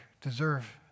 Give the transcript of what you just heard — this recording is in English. deserve